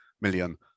million